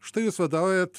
štai jūs vadovaujat